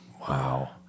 Wow